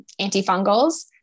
antifungals